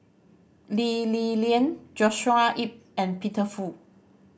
Lee Li Lian Joshua Ip and Peter Fu